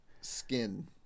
skin